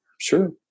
Sure